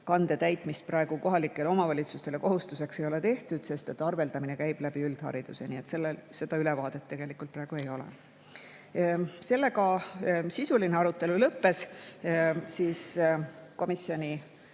kande [tegemist] praegu kohalikele omavalitsustele kohustuseks ei ole tehtud, sest arveldamine käib üldhariduse kaudu. Nii et seda ülevaadet tegelikult praegu ei ole. Sellega sisuline arutelu lõppes. Komisjoni